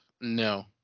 No